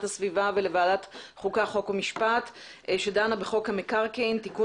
הסביבה ולוועדת החוקה חוק ומשפט שדנה בחוק המקרקעין (תיקון